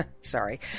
Sorry